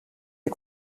des